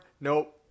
Nope